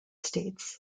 states